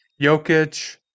Jokic